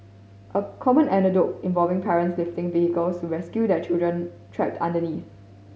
a common anecdote involving parents lifting vehicles to rescue their children trapped underneath